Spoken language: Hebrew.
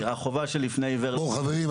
החובה שלפני --- חברים,